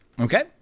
Okay